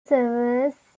serves